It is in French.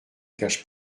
cache